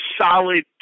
solid